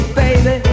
baby